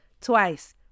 Twice